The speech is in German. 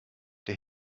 der